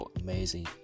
amazing